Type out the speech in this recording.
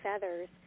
feathers